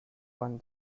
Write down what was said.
won